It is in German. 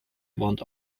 warnt